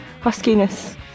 huskiness